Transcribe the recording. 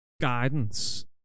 guidance